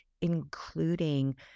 including